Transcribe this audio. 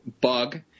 Bug